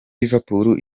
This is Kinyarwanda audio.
liverpool